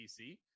PC